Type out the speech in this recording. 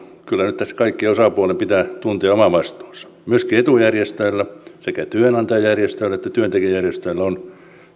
kyllä nyt tässä kaikkien osapuolten pitää tuntea oma vastuunsa myöskin etujärjestöillä sekä työnantajajärjestöillä että työntekijäjärjestöillä on